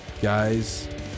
Guys